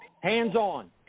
hands-on